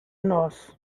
nós